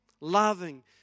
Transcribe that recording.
Loving